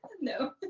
no